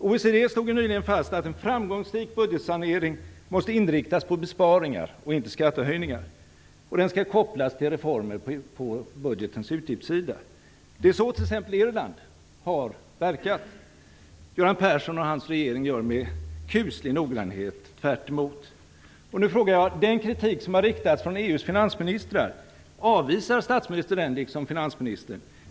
OECD slog ju nyligen fast att en framgångsrik budgetsanering måste inriktas på besparingar, inte skattehöjningar, och att den skall kopplas till reformer på budgetens utgiftssida. Så gör man i t.ex. Irland. Göran Persson och hans regering gör med kuslig noggrannhet tvärtemot. Avvisar statsministern liksom finansministern den kritik som har riktats från EU:s finansministrar?